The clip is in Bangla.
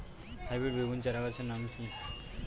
হাইব্রিড বেগুন চারাগাছের নাম কি?